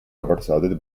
overshadowed